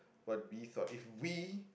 what we thought if we